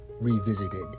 revisited